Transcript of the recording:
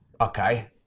okay